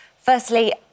Firstly